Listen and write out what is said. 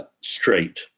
straight